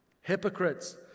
Hypocrites